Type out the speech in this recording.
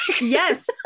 Yes